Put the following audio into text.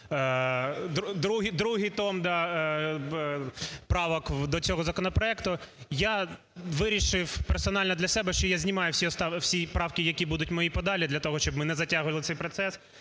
другий том правок до цього законопроекту. Я вирішив персонально для себе, що я знімаю всі правки, які будуть мої подалі. Для того, щоб ми не затягували цей процес.